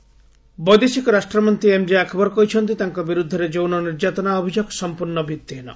MJ Akbar ବୈଦେଶିକ ରାଷ୍ଟ୍ରମନ୍ତ୍ରୀ MJ Akbar କହିଛନ୍ତି ତାଙ୍କ ବିରୁଦ୍ଧରେ ଯୌନ ନିର୍ଯାତନା ଅଭିଯୋଗ ସମ୍ପର୍ଣ୍ଣ ଭିଭିହୀନ